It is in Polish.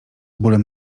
bólem